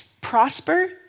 prosper